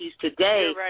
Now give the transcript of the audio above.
today